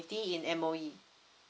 ty in M_O_E